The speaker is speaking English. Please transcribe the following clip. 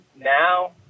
now